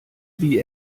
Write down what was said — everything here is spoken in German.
wie